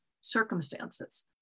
circumstances